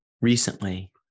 recently